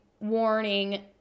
warning